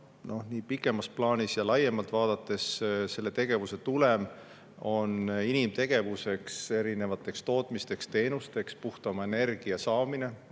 noh, pikemas plaanis ja laiemalt vaadates selle tegevuse tulem on inimtegevuseks, erinevateks tootmisteks ja teenusteks puhtama energia saamine